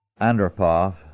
Andropov